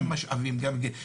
גם משאבים גם כן,